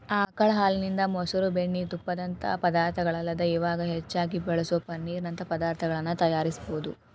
ಆಕಳ ಹಾಲಿನಿಂದ, ಮೊಸರು, ಬೆಣ್ಣಿ, ತುಪ್ಪದಂತ ಪದಾರ್ಥಗಳಲ್ಲದ ಇವಾಗ್ ಹೆಚ್ಚಾಗಿ ಬಳಸೋ ಪನ್ನೇರ್ ನಂತ ಪದಾರ್ತಗಳನ್ನ ತಯಾರಿಸಬೋದು